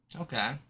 Okay